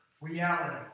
reality